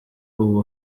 ubu